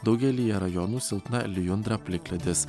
daugelyje rajonų silpna lijundra plikledis